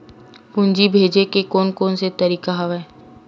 पूंजी भेजे के कोन कोन से तरीका हवय?